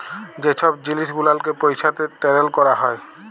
যে ছব জিলিস গুলালকে পইসাতে টারেল ক্যরা হ্যয়